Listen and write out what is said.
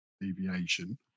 deviation